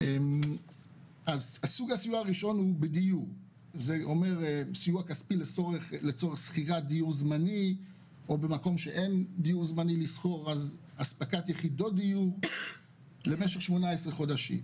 הסיוע הראשון הוא סיוע כספי לצורך שכירת דיור זמני למשך 18 חודשים,